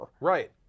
Right